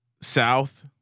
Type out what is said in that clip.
South